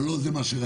אבל זה לא מה שרציתם,